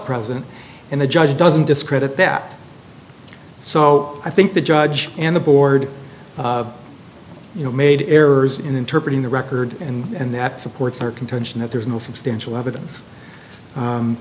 present and the judge doesn't discredit that so i think the judge and the board you know made errors in interpret in the record and that supports our contention that there's no substantial evidence